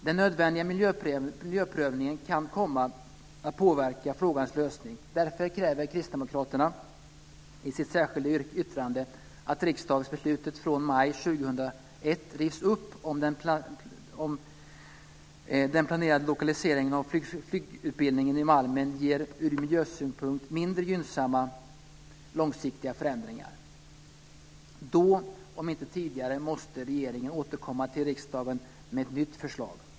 Den nödvändiga miljöprövningen kan komma att påverka frågans lösning. Därför kräver Kristdemokraterna i sitt särskilda yttrande att riksdagsbeslutet från maj 2001 rivs upp om den planerade lokaliseringen av flygutbildningen på Malmen ger ur miljösynpunkt mindre gynnsamma långsiktiga förändringar. Då, om inte tidigare, måste regeringen återkomma till riksdagen med ett nytt förslag.